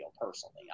personally